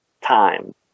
time